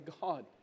God